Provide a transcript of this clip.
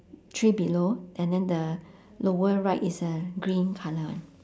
three below and then the lower right is a green colour one